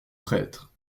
prêtre